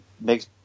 makes